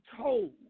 told